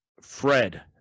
Fred